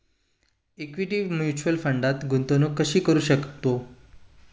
Equity mutual फंडात गुंतवणूक कशी करू शकतो?